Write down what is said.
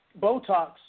Botox